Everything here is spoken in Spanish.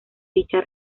dicha